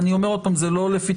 אבל אני אומר עוד פעם שזה לא לפתחכם,